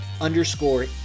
underscore